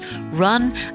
run